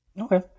Okay